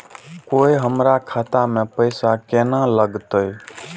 कोय हमरा खाता में पैसा केना लगते?